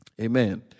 Amen